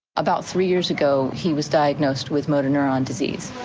about three years ago he was diagnosed with motor neurone disease.